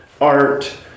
art